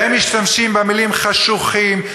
והם משתמשים במילים "חשוכים",